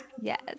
Yes